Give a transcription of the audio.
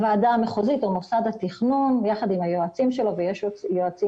הוועדה המחוזית או מוסד התכנון יחד עם היועצים שלו ויש יועצים